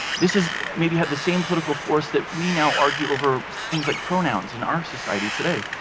this has maybe had the same political force that we now argue over things like pronouns in our society today.